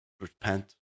Repent